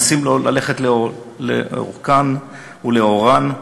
מנסים ללכת לאורכם ולאורם,